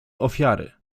ofiary